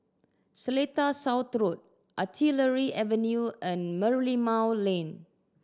Seletar South Road Artillery Avenue and Merlimau Lane